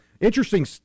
Interesting